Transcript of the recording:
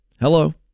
Hello